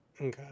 Okay